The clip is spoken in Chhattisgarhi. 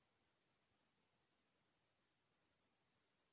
गोभी म फफूंद लगे के का कारण हे?